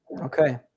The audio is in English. Okay